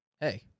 hey